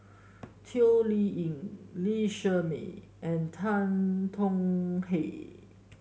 Toh Liying Lee Shermay and Tan Tong Hye